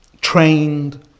trained